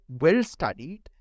well-studied